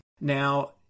Now